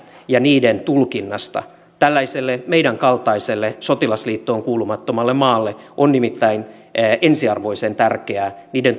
ja niiden tulkinnasta tällaiselle meidän kaltaiselle sotilasliittoon kuulumattomalle maalle on nimittäin ensiarvoisen tärkeää niiden